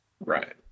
Right